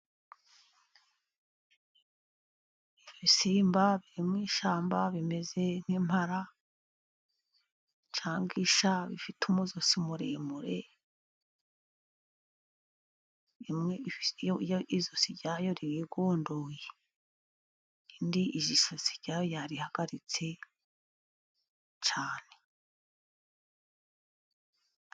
Ibisimba biri mu ishyamba bimeze nk'impara cyangwa Isha ,bifite umujosi muremure, imwe ijosi ryayo ririgondoye, indi ijosi ryayo yarihagaritse cyane.